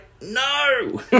No